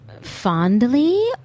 fondly